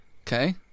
Okay